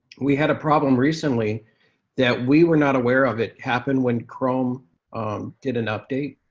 we had a problem recently that we were not aware of. it happened when chrome did an update,